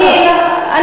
הכוונה טובה כאן.